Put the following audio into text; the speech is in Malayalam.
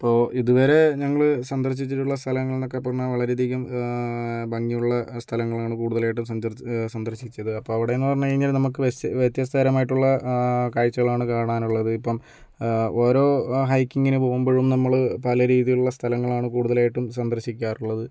ഇപ്പോൾ ഇതുവരെ ഞങ്ങള് സന്ദർശിച്ചിട്ടുള്ള സ്ഥലങ്ങൾ എന്നൊക്കെ പറഞ്ഞാൽ വളരെ അധികം ഭംഗിയുള്ള സ്ഥലങ്ങളാണ് കൂടുതലായിട്ടും സന്ദർ സന്ദർശിച്ചത് അപ്പം അവിടെ എന്ന് പറഞ്ഞു കഴിഞ്ഞാൽ നമുക്ക് വെസ്ത് വ്യത്യസ്തതരമായിട്ടുള്ള കാഴ്ചകളാണ് കാണാനുള്ളത് ഇപ്പം ഓരോ ഹൈക്കിങിന് പോകുമ്പഴും നമ്മള് പല രീതിയിലുള്ള സ്ഥലങ്ങളാണ് കൂടുതലായിട്ടും സന്ദർശിക്കാറുള്ളത്